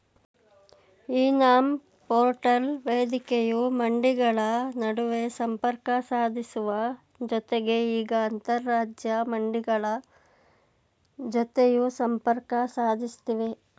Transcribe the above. E NAM portal ವೇದಿಕೆಯು ಮಂಡಿಗಳ ನಡುವೆ ಸಂಪರ್ಕ ಸಾಧಿಸುವ ಜತೆಗೆ ಈಗ ಅಂತರರಾಜ್ಯ ಮಂಡಿಗಳ ಜತೆಯೂ ಸಂಪರ್ಕ ಸಾಧಿಸ್ತಿವೆ